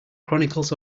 chronicles